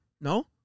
No